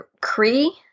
Cree